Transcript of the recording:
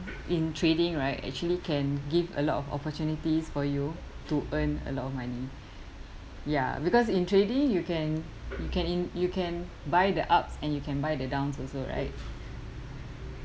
in trading right actually can give a lot of opportunities for you to earn a lot of money ya because in trading you can you can you can buy the ups and you can buy the downs also right